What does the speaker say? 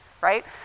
right